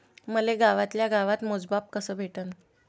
मले गावातल्या गावात मोजमाप कस भेटन?